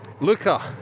Luca